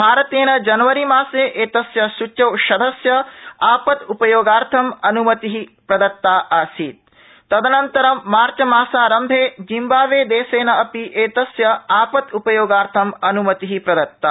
भारतेन जनवरीमासे एतस्य सुच्योषधस्य आपद्पयोगार्यम अन्मति प्रदत्ता आसीत तदनन्तरं मार्चमासारम्भे जिम्बाब्वे देशेन अपि एतस्य आपद्पयोगार्थम अन्मति प्रदत्ता